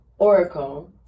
oracle